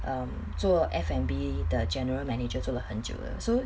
um 做 F&B 的 general manager 做了很久了 so